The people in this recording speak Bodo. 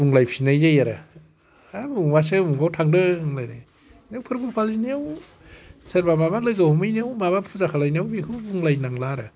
बुंलाय फिननाय जायो आरो हाब उमुगासो उमुगाव थांदों फोरबो फालिनायाव सोरबा माबा लोगो हमहैनायाव माबा फुजा खालायनायाव बेफोर बुंलाय नांला आरो